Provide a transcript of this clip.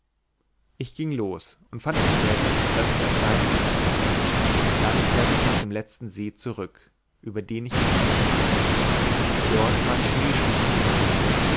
ich ging los und fand bestätigt daß es ein seitental war dann kehrte ich nach dem letzten see zurück über den ich gekommen war dort waren